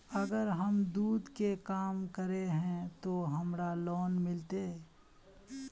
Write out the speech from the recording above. अगर हम दूध के काम करे है ते हमरा लोन मिलते?